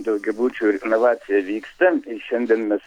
daugiabučių ir vacija vyksta šiandien mes